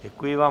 Děkuji vám.